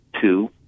Two